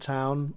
Town